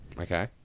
Okay